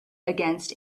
against